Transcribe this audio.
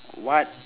what